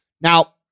Now